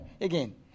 again